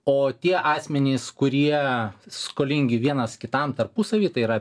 o tie asmenys kurie skolingi vienas kitam tarpusavy tai yra